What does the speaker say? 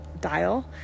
dial